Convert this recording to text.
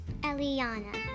Eliana